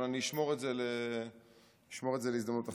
אבל אני אשמור את זה להזדמנות אחרת.